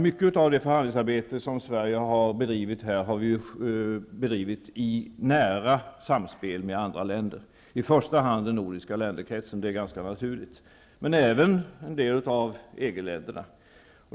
Mycket av det förhandlingsarbete som Sverige har bedrivit har gjorts i nära samspel med andra länder -- i första hand med den nordiska länderkretsen, vilket också är naturligt, men även med en del av EG-länderna.